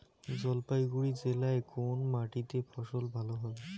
জলপাইগুড়ি জেলায় কোন মাটিতে ফসল ভালো হবে?